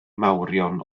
mawrion